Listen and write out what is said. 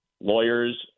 lawyers